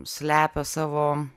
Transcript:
slepia savo